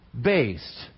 based